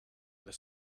the